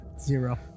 Zero